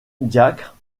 diacre